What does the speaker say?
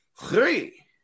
Three